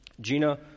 Gina